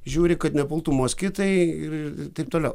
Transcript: žiūri kad nepultų moskitai ir taip toliau